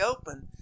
open